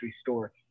store